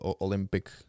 olympic